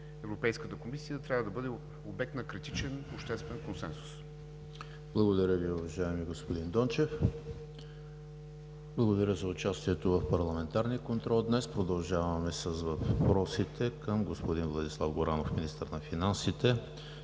Европейската комисия, трябва да бъде обект на критичен обществен консенсус. ПРЕДСЕДАТЕЛ ЕМИЛ ХРИСТОВ: Благодаря Ви, уважаеми господин Дончев. Благодаря и за участието Ви в парламентарния контрол днес. Продължаваме с въпросите към господин Владислав Горанов – министър на финансите.